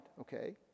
Okay